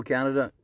Canada